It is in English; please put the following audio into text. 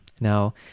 Now